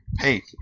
hey